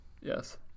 Yes